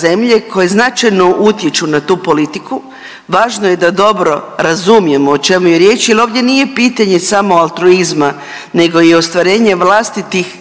zemlje koji značajno utječu na tu politiku. Važno je da dobro razumijemo o čemu je riječ jer ovdje nije pitanje samo altruizma nego i ostvarenje vlastitih